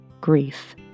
grief